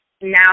now